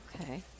Okay